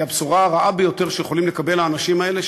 היא הבשורה הרעה ביותר שיכולים לקבל האנשים האלה,